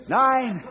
nine